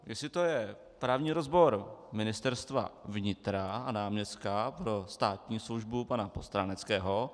Jestli je to právní rozbor Ministerstva vnitra a náměstka pro státní službu pana Postráneckého?